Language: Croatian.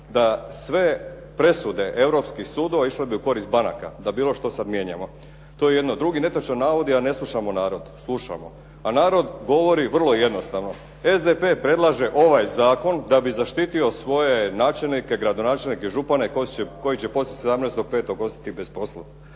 da sve presude europskih sudova išlo bi u korist banka da bilo što sada mijenjamo. To je jedno. Drugi netočan navod je da ne slušamo narod, slušamo. A narod govori vrlo jednostavno, SDP predlaže ovaj zakon da bi zaštitio svoje načelnike, gradonačelnike, župane koji će poslije 17. 5. ostati bez posla.